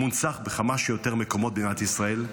מונצח בכמה שיותר מקומות במדינת ישראל.